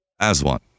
Aswan